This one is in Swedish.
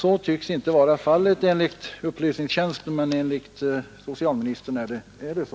Så tycks inte vara fallet enligt upplysningstjänsten, men enligt socialministern är det så.